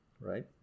right